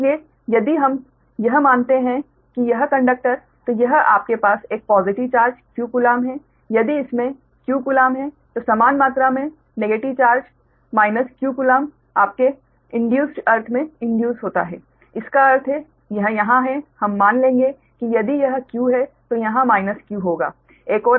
इसलिए यदि हम यह मानते हैं कि यह कंडक्टर तो यह आपके पास एक पॉज़िटिव चार्ज q कूलाम्ब है यदि इसमें q कूलाम्ब है तो समान मात्रा में negative charge minus q coulomb आपके इंड्यूस्ड अर्थ में इंड्यूस होता है जिसका अर्थ है यह यहाँ है हम मान लेंगे कि यदि यह q है तो यहाँ माइनस q होगा